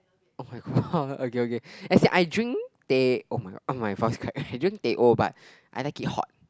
oh-my-god okay okay as in I drink teh oh-my-god oh my voice cracked I drink teh O but I like it hot